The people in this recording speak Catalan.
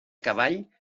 cavall